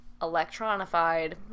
electronified